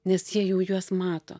nes jie jau juos mato